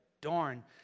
darn